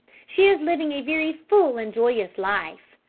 she is living a very full and joyous life,